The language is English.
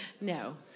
No